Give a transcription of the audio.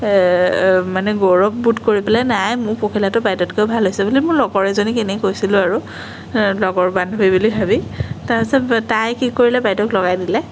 মানে গৌৰৱবোধ কৰি পেলাই নাই মোৰ পখিলাটো বাইদেউতকৈও ভাল হৈছে বুলি মোৰ লগৰ এজনীক এনেই কৈছিলোঁ আৰু লগৰ বান্ধৱী বুলি ভাবি তাৰপিছত তাই কি কৰিলে বাইদেউক লগাই দিলে